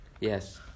Yes